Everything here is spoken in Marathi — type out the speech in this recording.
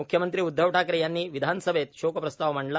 मुख्यमंत्री उदधव ठाकरे यांनी विधान सभेत शोकप्रस्ताव मांडला